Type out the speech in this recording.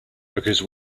because